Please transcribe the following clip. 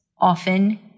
Often